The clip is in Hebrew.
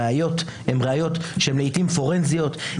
הראיות הן לעיתים פורנזיות,